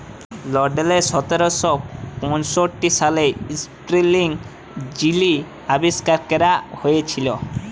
লল্ডলে সতের শ পঁয়ষট্টি সালে ইস্পিলিং যিলি আবিষ্কার ক্যরা হঁইয়েছিল